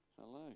Hello